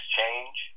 change